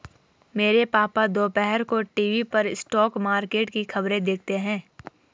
मेरे पापा दोपहर को टीवी पर स्टॉक मार्केट की खबरें देखते हैं